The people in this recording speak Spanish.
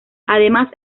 además